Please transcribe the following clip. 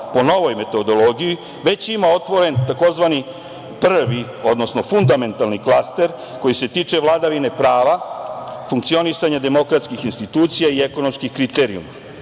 po novoj metodologiji već otvorila tzv. prvi, odnosno fundamentalni klaster koji se tiče vladavine prava, funkcionisanja demokratskih institucija i ekonomskih kriterijuma.